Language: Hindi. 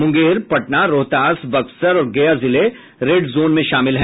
मुंगेर पटना रोहतास बक्सर और गया जिले रेड जोन में शामिल हैं